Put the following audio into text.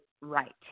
right